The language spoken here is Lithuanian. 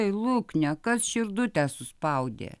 ei lukne kad širdutę suspaudė